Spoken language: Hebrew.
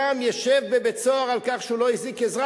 גם ישב בבית-סוהר על כך שהוא לא הזעיק עזרה,